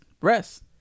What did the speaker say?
rest